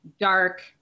dark